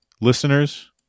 listeners